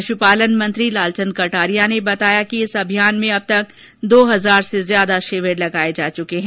पश्पालन मंत्री लालचंद कटारिया ने बताया कि इस अभियान में अब तक दो हजार से ज्यादा शिविर लगाये जा चुके है